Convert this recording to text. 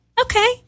Okay